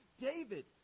David